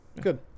good